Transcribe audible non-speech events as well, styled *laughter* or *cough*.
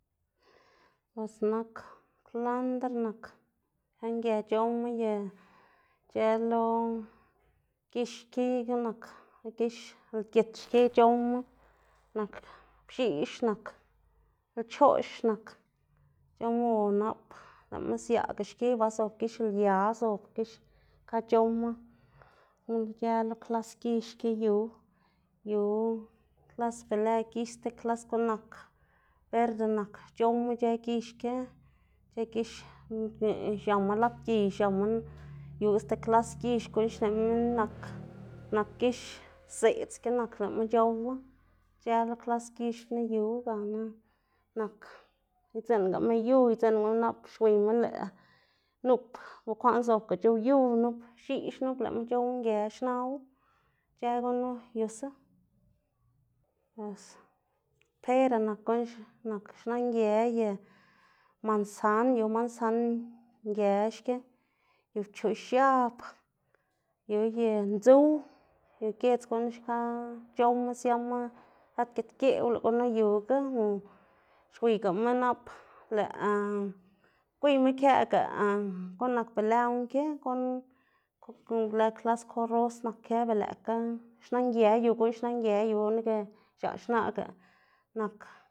Bos nak kwlandr nak xna nge c̲h̲owma ye ic̲h̲ë lo gix ki guꞌn nak gix lgit xki c̲h̲owma nak px̱iꞌx nak, nak lchoꞌx nak c̲h̲owma o nap lëꞌma siaꞌga xki ba zob gix lia zob gix xka c̲h̲owma, ic̲h̲ë lo klas gix ki yu, yu klas be lë gix sti klas guꞌn nak berde nak c̲h̲owma ic̲h̲ë gix ki, ic̲h̲ë gix *hesitation* xiama lad giy yuga sti klas ix guꞌn xneꞌ *noise* minn nak *noise* gix zëꞌdz ki nak lëꞌwu c̲h̲owma, ic̲h̲ë lo klas gix knu yu gana nak idziꞌngama yu idziꞌngama nap xwiyma lëꞌ nup bukwaꞌn zobga c̲h̲ow yu, nup px̱ix nup lëꞌma c̲h̲ow nge xnawu, ic̲h̲ë gunu yusa. Bos pera nak guꞌn nak xna nge ye mansan yu mansan nge xki y pchoꞌx̱ab yu ye ndzuw, yu giedz xka c̲h̲owma siama lad gidgeꞌw lëꞌ gunu yuga o xwiygama nap lëꞌ *hesitation* gwiyma këꞌga *hesitation* guꞌn nak be lë guꞌn ki guꞌn be lë klas koros nak kë ber lëꞌkga xna nge yu guꞌn xna nge yu nika x̱aꞌ xnaꞌga nak.